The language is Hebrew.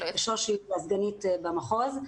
שושי היא כבר סגנית במחוז.